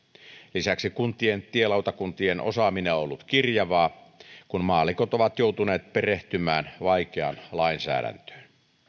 lisäksi kuntien tielautakuntien osaaminen on ollut kirjavaa kun maallikot ovat joutuneet perehtymään vaikeaan lainsäädäntöön